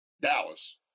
Dallas